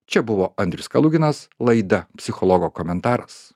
čia buvo andrius kaluginas laida psichologo komentaras